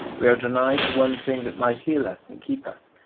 we are denied the one thing that might heal us and keep us,